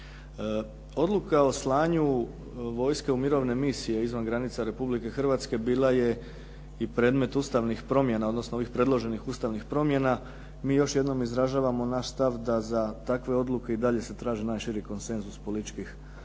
Odluka o slanju vojske u mirovne misije izvan granica Republike Hrvatske bila je i predmet ustavnih promjena, odnosno ovih predloženih ustavnih promjena. Mi još jednom izražavamo naš stav da za takve odluke i dalje se traži najširi konsenzus političkih stranaka